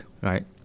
right